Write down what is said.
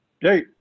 hey